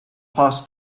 pass